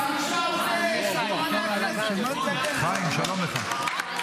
(מחיאות כפיים) חיים, שלום לך.